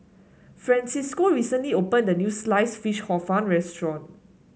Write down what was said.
Francisco recently opened a new Sliced Fish Hor Fun restaurant